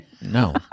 No